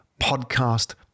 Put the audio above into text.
podcast